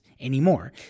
anymore